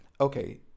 Okay